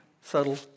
subtle